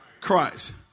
Christ